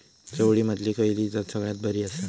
चवळीमधली खयली जात सगळ्यात बरी आसा?